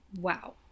Wow